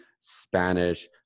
spanish